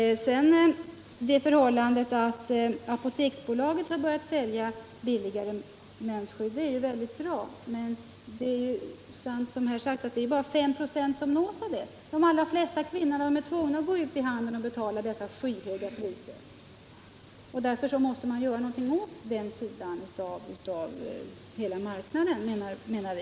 Att Apoteksbolaget har börjat sälja billigare mensskydd är väldigt bra, men som det har sagts är det bara 5 96 som får del av detta. De allra flesta kvinnor är tvungna att gå ut i handeln och betala skyhöga priser. Därför måste någonting göras åt den delen av marknaden, menar vi.